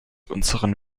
unseren